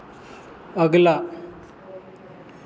अगला